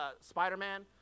Spider-Man